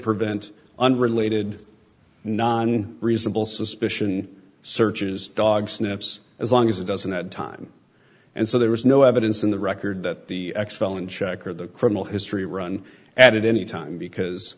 prevent unrelated non reasonable suspicion searches dog sniffs as long as it doesn't that time and so there was no evidence in the record that the x felon check or the criminal history run at any time because